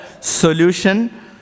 solution